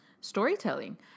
storytelling